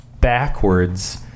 backwards